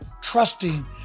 trusting